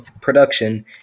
production